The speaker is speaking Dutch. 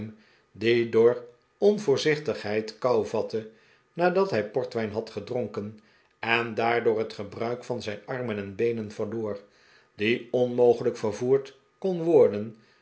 door onvoorzichtigheid kou vatte nadat hij portwijn had gedronken en daardoor het gebruik van zijn armen en beenen verloor die onmogelijk vervoerd kon worden